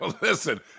Listen